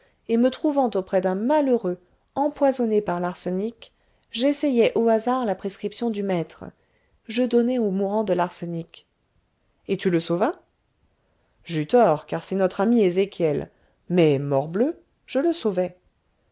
et me trouvant auprès d'un malheureux empoisonné par l'arsenic j'essayai au hasard la prescription du maître je donnai au mourant de l'arsenic et tu le sauvas j'eus tort car c'est notre ami ézéchiel mais morbleu je le sauvai